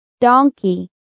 Donkey